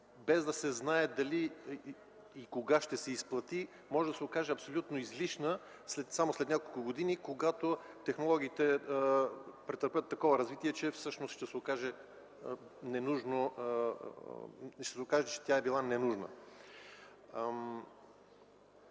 без да се знае кога и дали ще се изплати, може да се окаже абсолютно излишна само след няколко години, когато технологиите претърпят такова развитие, че всъщност ще се окаже, че